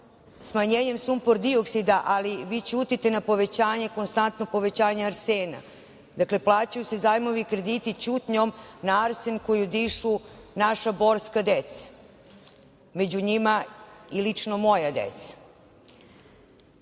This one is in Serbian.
smanjenjem sumpor-dioksida, ali vi ćutite na konstantno povećanje arsena. Dakle, plaćaju se zajmovi, krediti ćutnjom na arsen koji dišu naša borska deca, među njima i lično moja